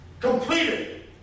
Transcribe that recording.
completed